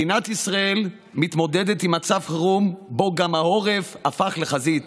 מדינת ישראל מתמודדת עם מצב חירום שבו גם העורף הפך לחזית.